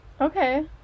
Okay